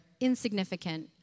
Insignificant